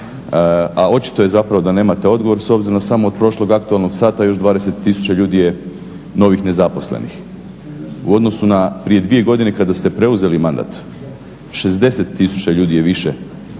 A očito je zapravo da nemate odgovor s obzirom da samo od prošlog aktualnog sata još 20 tisuća ljudi je novih nezaposlenih. U odnosu na prije dvije godine kada ste preuzeli mandat 60 tisuća ljudi je više